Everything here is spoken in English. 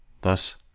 Thus